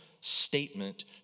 statement